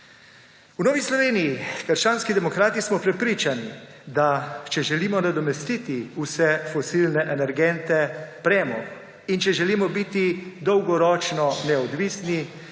V Novi Sloveniji – krščanskih demokratih smo prepričani, da če želimo nadomestiti vse fosilne energente, premog in če želimo biti dolgoročno neodvisni,